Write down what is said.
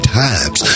times